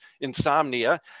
insomnia